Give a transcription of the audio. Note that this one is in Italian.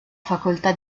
facoltà